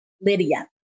Lydia